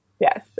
Yes